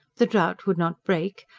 the drought would not break,